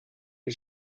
les